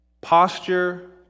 posture